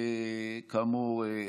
כאמור,